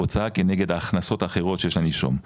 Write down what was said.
הוצאה כנגד ההכנסות האחרות שיש לנישום,